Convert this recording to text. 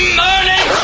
morning